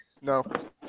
No